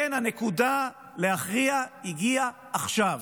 כן, הנקודה להכריע הגיעה עכשיו.